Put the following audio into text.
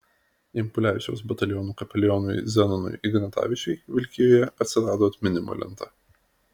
impulevičiaus batalionų kapelionui zenonui ignatavičiui vilkijoje atsirado atminimo lenta